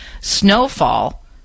snowfall